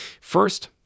First